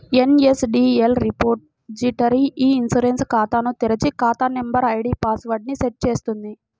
NSDL repository e insurance ఖాతాను తెరిచి, ఖాతా నంబర్, ఐడీ పాస్ వర్డ్ ని సెట్ చేస్తుంది